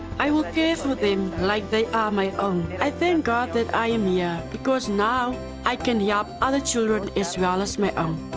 i will care for them like they are my own. i thank god that i am here yeah because now i can help other children, as well as my own.